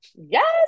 yes